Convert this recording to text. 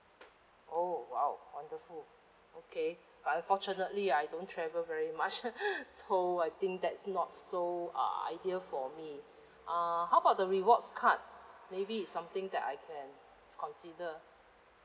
oh !wow! wonderful okay but unfortunately I don't travel very much so I think that's not so uh ideal for me uh how about the rewards card maybe it's something that I can consider